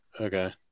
okay